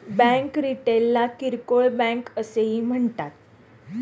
bank रिटेलला किरकोळ bank असेही म्हणतात